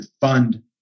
fund